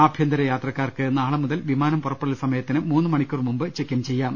ആഭ്യന്തര യാത്രക്കാർക്ക് നാളെ മുതൽ വിമാനം പുറപ്പെടൽ സമയത്തിന് മൂന്നു മണിക്കൂർ മുമ്പ് ചെക്ക് ഇൻ ചെയ്യാം